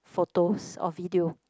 photos or video